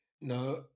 No